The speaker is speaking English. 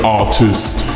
artist